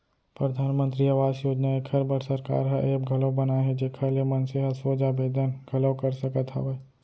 परधानमंतरी आवास योजना एखर बर सरकार ह ऐप घलौ बनाए हे जेखर ले मनसे ह सोझ आबेदन घलौ कर सकत हवय